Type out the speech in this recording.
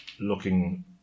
looking